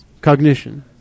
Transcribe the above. Cognition